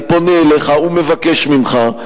אני פונה אליך ומבקש ממך,